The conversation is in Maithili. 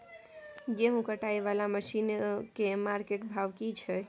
गेहूं कटाई वाला मसीन के मार्केट भाव की छै?